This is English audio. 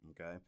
Okay